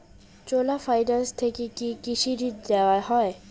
চোলা finance থেকে কি কৃষি ঋণ দেওয়া হয়?